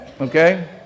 Okay